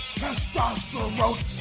testosterone